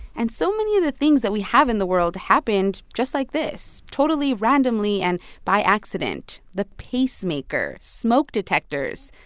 and so many of the things that we have in the world happened just like this, totally randomly and by accident the pacemaker, smoke detectors,